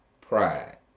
pride